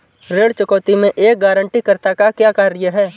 ऋण चुकौती में एक गारंटीकर्ता का क्या कार्य है?